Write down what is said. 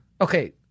Okay